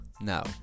now